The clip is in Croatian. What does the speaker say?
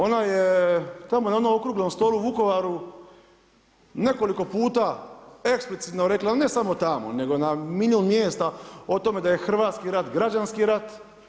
Ona je, tamo na onom okruglom stolu u Vukovaru nekoliko puta eksplicitno rekla ne samo tamo, nego na milijun mjesta o tome da je hrvatski rat građanski rat.